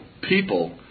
people